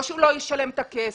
לא שהוא לא ישלם את הכסף,